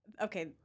Okay